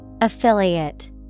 Affiliate